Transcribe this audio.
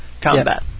combat